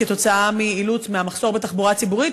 כתוצאה מהמחסור בתחבורה ציבורית,